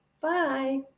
bye